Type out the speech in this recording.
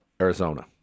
Arizona